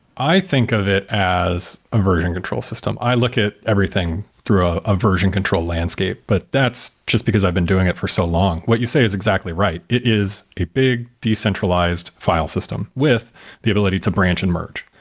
i think of it a version control system. i look at everything through ah a version control landscape, but that's just because i've been doing it for so long. what you say is exactly right. it is a big decentralized file system with the ability to branch and merge.